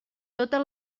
totes